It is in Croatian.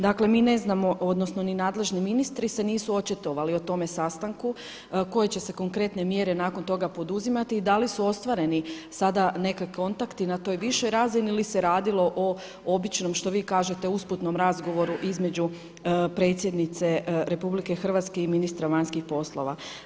Dakle mi ne znamo odnosno ni nadležni ministri se nisu očitovali o tome sastanku koje će se konkretne mjere nakon toga poduzimati i da li su ostvareni sada neki kontakti na toj višoj razini ili se radilo o obično, što vi kažete usputnom razgovoru između predsjednice RH i ministra vanjskih poslova.